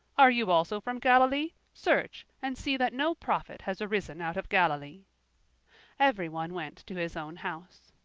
are you also from galilee? search, and see that no prophet has arisen out of galilee everyone went to his own house,